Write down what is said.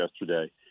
yesterday